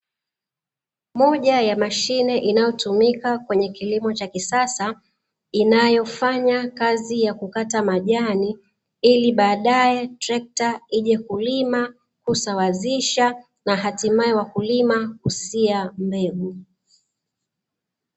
Moja ya mashine inayotumika kwenye kilimo cha kisasa, inayofanya kazi ya kukata majani ili baadaye trekta lije kulima, kusawazisha; na hatimaye wakulima kusia mbegu.